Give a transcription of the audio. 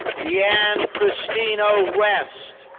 deanne christina west.